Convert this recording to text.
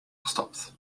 gestapt